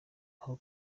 aho